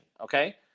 okay